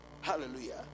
hallelujah